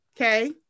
Okay